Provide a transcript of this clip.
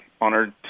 honored